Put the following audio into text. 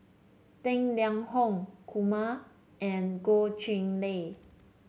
Tang Liang Hong Kumar and Goh Chiew Lye